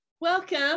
Welcome